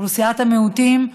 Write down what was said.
אוכלוסיית המיעוטים,